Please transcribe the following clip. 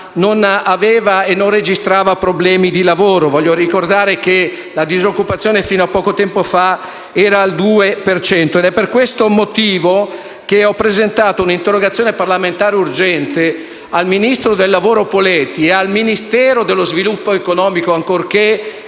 anni fa, non registrava problemi di lavoro e - lo voglio ricordare - la disoccupazione era al 2 per cento. È per questo motivo che ho presentato una interrogazione parlamentare urgente al ministro del lavoro Poletti e al Ministero dello sviluppo economico, ancorché